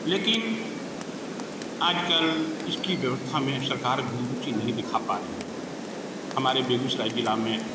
लेकिन आजकल इसकी व्यवस्था में सरकार रुचि नहीं दिखा पा रहे हैं हमारे बेगूसराय जिला में